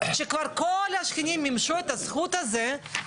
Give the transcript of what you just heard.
שכבר כל השכנים מימשו את הזכות הזאת,